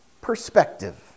perspective